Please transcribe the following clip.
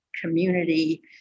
community